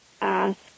ask